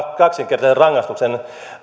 kaksinkertaisen rangaistuksen